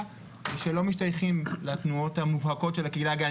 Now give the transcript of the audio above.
שלא משתייכים לתנועות המובהקות של הקהילה הגאה.